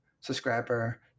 subscriber